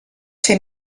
ser